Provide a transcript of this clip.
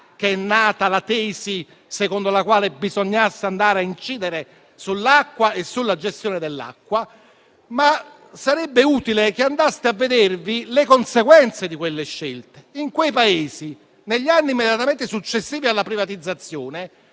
che è nata la tesi secondo la quale bisognava andare a incidere sull'acqua e sulla gestione dell'acqua, ma sarebbe utile che andaste a vedere le conseguenze di quelle scelte. In quei Paesi, negli anni immediatamente successivi alla privatizzazione,